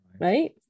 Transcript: right